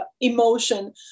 emotion